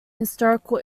historical